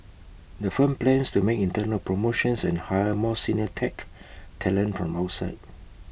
the firm plans to make internal promotions and hire more senior tech talent from outside